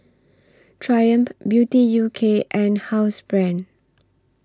Triumph Beauty U K and Housebrand